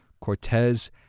Cortez